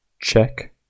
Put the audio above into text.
check